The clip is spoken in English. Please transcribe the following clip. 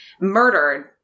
murdered